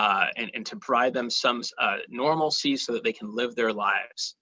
um and and to provide them some ah normalcy so that they can live their lives.